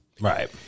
Right